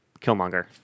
Killmonger